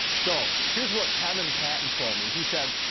so, here's what kevin patton told me. he said,